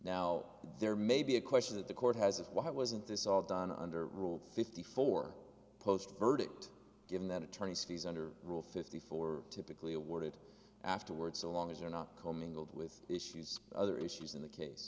now there may be a question that the court has it why wasn't this all done under rule fifty four post verdict given that attorneys fees under rule fifty four typically awarded afterward so long as you're not co mingled with issues other issues in the case